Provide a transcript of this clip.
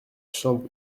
chambre